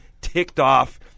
ticked-off